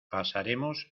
pasaremos